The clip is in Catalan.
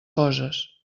coses